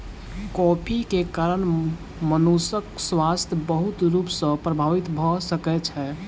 coffee के कारण मनुषक स्वास्थ्य बहुत रूप सॅ प्रभावित भ सकै छै